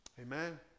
Amen